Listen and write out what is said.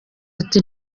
ati